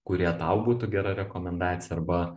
kurie tau būtų gera rekomendacija arba